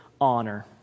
honor